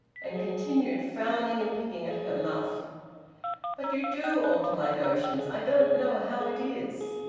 and continued, frowning and picking at her muff but you do alter my notions, i don't know how it is.